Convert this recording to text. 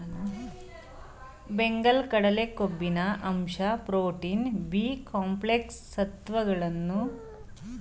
ಬೆಂಗಲ್ ಕಡಲೆ ಕೊಬ್ಬಿನ ಅಂಶ ಪ್ರೋಟೀನ್, ಬಿ ಕಾಂಪ್ಲೆಕ್ಸ್ ಸತ್ವಗಳನ್ನು ಹೊಂದಿದೆ